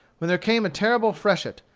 when there came a terrible freshet,